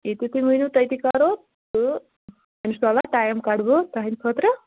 ییتہِ تُہۍ ؤنِو تٔتی کَرو تہٕ انشاء اللہ ٹایِم کَڑٕ بہٕ تُہنٛدِ خٲطرٕ